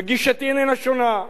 וגישתי אינה שונה.